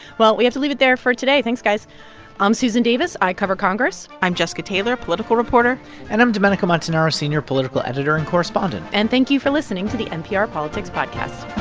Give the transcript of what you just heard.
well, we have to leave it there for today. thanks, guys i'm susan davis. i cover congress i'm jessica taylor, political reporter and i'm domenico montanaro, senior political editor and correspondent and thank you for listening to the npr politics podcast